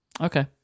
okay